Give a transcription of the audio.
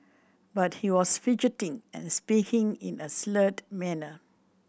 but he was fidgeting and speaking in a slurred manner